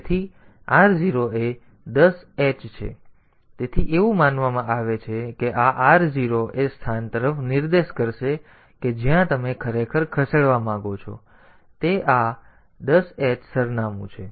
તેથી r 0 એ 10 H છે તેથી એવું માનવામાં આવે છે કે આ r0 એ સ્થાન તરફ નિર્દેશ કરશે કે જ્યાં તમે ખરેખર ખસેડવા માંગો છો તે આ 10 H સરનામું છે